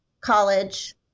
college